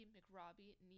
McRobbie